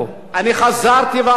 אני חזרתי ואמרתי: